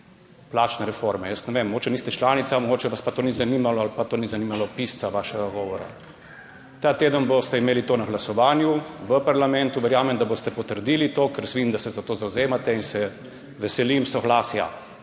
plačne reforme. Jaz ne vem, mogoče niste članica, mogoče vas to ni zanimalo ali pa to ni zanimalo pisca vašega govora. Ta teden boste imeli to na glasovanju v parlamentu. Verjamem, da boste to potrdili, ker vidim, da se zavzemate za to in se veselim soglasja